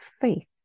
faith